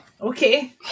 Okay